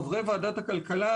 חברי ועדת הכלכלה,